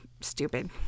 stupid